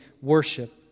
worship